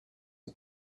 are